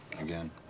again